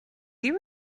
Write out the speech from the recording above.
you